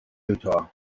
utah